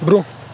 برٛۄنٛہہ